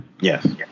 Yes